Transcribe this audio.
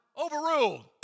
Overruled